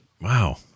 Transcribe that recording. Wow